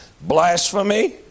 blasphemy